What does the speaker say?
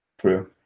true